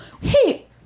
Hey